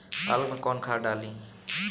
पालक में कौन खाद डाली?